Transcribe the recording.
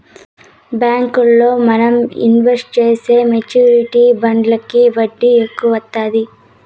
బ్యాంకుల్లో మనం ఇన్వెస్ట్ చేసే మెచ్యూరిటీ బాండ్లకి వడ్డీ ఎక్కువ వత్తాది